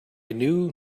new